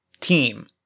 team